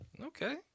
Okay